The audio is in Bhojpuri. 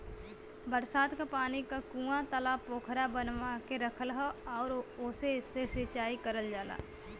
बरसात क पानी क कूंआ, तालाब पोखरा बनवा के रखल हौ आउर ओसे से सिंचाई करल जाला